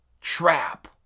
trap